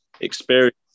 experience